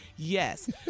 Yes